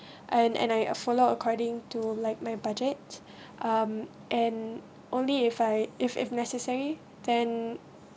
and and I follow according to like my budget um and only if I if if necessary then